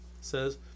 says